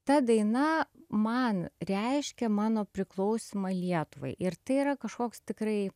ta daina man reiškia mano priklausymą lietuvai ir tai yra kažkoks tikrai